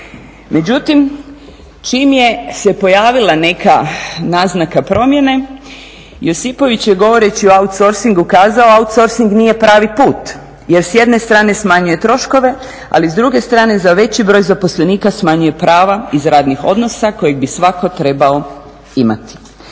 Međutim, čim je se pojavila neka naznaka promjene Josipović je govoreći o outsourcingu kazao, outsourcing nije pravi put jer s jedne strane smanjuje troškove, ali s druge strane za veći broj zaposlenika smanjuje prava iz radnih odnosa kojeg bi svako trebao imati.